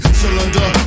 cylinder